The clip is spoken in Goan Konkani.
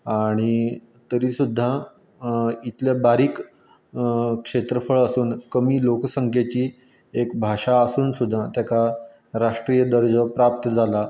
आनी तरी सुद्दां इतलें बारीक क्षेत्रफळ आसून कमी लोकसंख्येचीं एक भाशा आसून सुद्दां तेका राष्ट्रीय दर्जो प्राप्त जाला